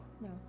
No